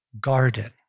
garden